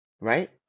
right